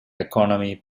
economy